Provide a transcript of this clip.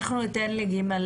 אנחנו ניתן ל-ג'